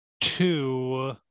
Two